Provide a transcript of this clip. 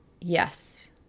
Yes